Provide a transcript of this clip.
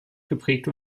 geprägte